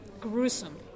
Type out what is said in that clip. gruesome